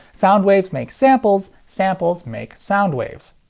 sound waves make samples, samples make soundwaves.